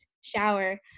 shower